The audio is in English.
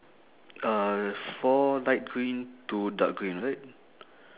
uh four light green two dark green right